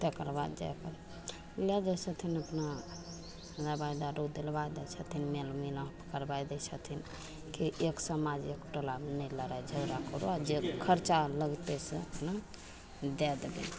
तकर बाद जाके लै जाइ छथिन अपना दवाइ दारू दिलबै दै छथिन मेल मिलाप करबै दै छथिन कि एक समाज एक टोलामे नहि लड़ाइ झगड़ा करऽ जे खरचा लागतै से अपना दै देबै